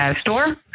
store